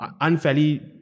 unfairly